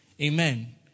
amen